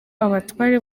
abatware